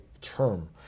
Term